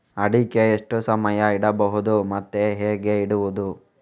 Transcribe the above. ಅಡಿಕೆ ಎಷ್ಟು ಸಮಯ ಇಡಬಹುದು ಮತ್ತೆ ಹೇಗೆ ಇಡುವುದು?